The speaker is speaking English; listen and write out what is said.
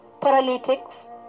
paralytics